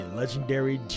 legendary